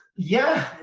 yeah,